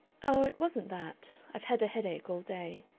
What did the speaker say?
oh, it wasn't that. i've had a headache all day.